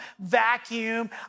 vacuum